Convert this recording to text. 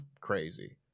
crazy